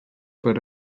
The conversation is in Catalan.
per